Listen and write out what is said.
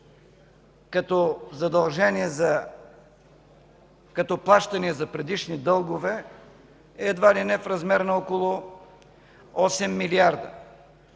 като плащане за предишни дългове, е едва ли не в размер около 8 милиарда.